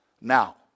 now